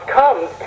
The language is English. comes